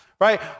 right